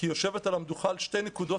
כי היא יושבת על המדוכה בשתי נקודות